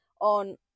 on